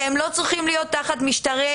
והם לא צריכים להיות תחת משטרי